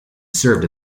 served